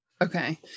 okay